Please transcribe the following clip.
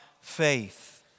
faith